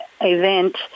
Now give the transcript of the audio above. event